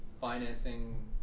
financing